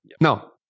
Now